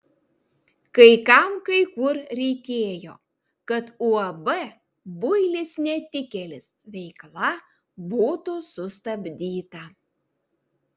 kai kam kai kur reikėjo kad uab builis netikėlis veikla būtų sustabdyta